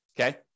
Okay